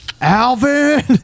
Alvin